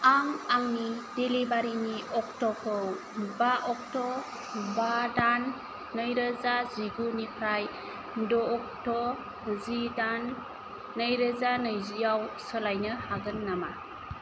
आं आंनि डेलिभारिनि अक्ट'खौ बा अक्ट' बा दान नैरोजा जिगुनिफ्राइ द' अक्ट' जि दान नैरोजा नैजिआव सोलायनो हागोन नामा